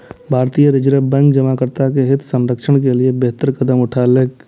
भारतीय reserve bank जमाकर्ता के हित संरक्षण के लिए बेहतर कदम उठेलकै